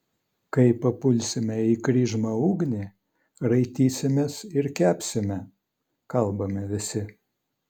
kai papulsime į kryžmą ugnį raitysimės ir kepsime kalbame visi